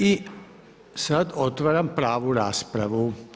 I sad otvaram pravu raspravu.